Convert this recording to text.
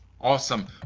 Awesome